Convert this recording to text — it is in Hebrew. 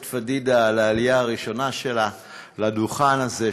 פדידה על העלייה הראשונה שלה לדוכן הזה.